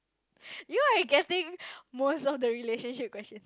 you know I getting most of the relationship questions